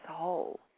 soul